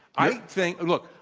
i think look,